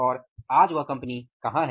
और आज वह कंपनी कहाँ है